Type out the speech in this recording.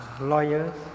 lawyers